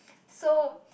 so